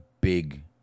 big